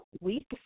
week